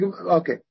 Okay